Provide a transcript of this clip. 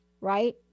right